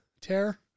tear